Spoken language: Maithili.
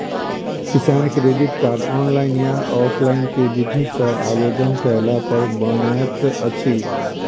किसान क्रेडिट कार्ड, ऑनलाइन या ऑफलाइन केँ विधि सँ आवेदन कैला पर बनैत अछि?